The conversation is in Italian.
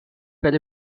per